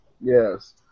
Yes